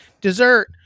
dessert